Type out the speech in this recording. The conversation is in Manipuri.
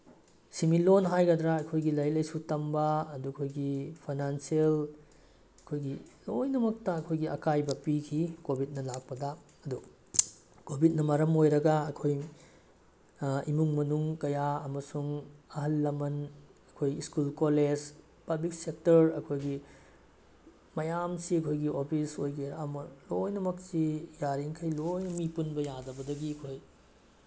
ꯁꯤꯃꯤꯠꯂꯣꯟ ꯍꯥꯏꯒꯗ꯭ꯔꯥ ꯑꯩꯈꯣꯏꯒꯤ ꯂꯥꯏꯔꯤꯛ ꯂꯥꯏꯁꯨ ꯇꯝꯕ ꯑꯗꯨꯒ ꯑꯩꯈꯣꯏꯒꯤ ꯐꯥꯏꯅꯥꯟꯁꯤꯌꯦꯜ ꯑꯩꯈꯣꯏꯒꯤ ꯂꯣꯏꯅꯃꯛꯇ ꯑꯩꯈꯣꯏꯒꯤ ꯑꯀꯥꯏꯕ ꯄꯤꯈꯤ ꯀꯣꯚꯤꯠꯅ ꯂꯥꯛꯄꯗ ꯑꯗꯨ ꯀꯣꯚꯤꯠꯅ ꯃꯔꯝ ꯑꯣꯏꯔꯒ ꯑꯩꯈꯣꯏ ꯏꯃꯨꯡ ꯃꯅꯨꯡ ꯀꯌꯥ ꯑꯃꯁꯨꯡ ꯑꯍꯜ ꯂꯃꯟ ꯑꯩꯈꯣꯏ ꯁ꯭ꯀꯨꯜ ꯀꯣꯂꯦꯖ ꯄꯕ꯭ꯂꯤꯛ ꯁꯦꯛꯇꯔ ꯑꯩꯈꯣꯏꯒꯤ ꯃꯌꯥꯝꯁꯤ ꯑꯩꯈꯣꯏꯒꯤ ꯑꯣꯐꯤꯁ ꯑꯣꯏꯒꯦꯔꯥ ꯑꯃ ꯂꯣꯏꯅꯃꯛꯁꯤ ꯌꯥꯔꯤꯃꯈꯩ ꯂꯣꯏꯅ ꯃꯤ ꯄꯨꯟꯕ ꯌꯥꯗꯕꯗꯒꯤ ꯑꯩꯈꯣꯏ